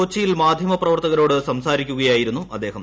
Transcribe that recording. കൊച്ചിയിൽ മാധ്യമ പ്രവർത്തകരോട് സംസാരിക്കുകയായിരുന്നു അദ്ദേഹം